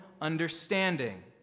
understanding